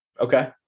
okay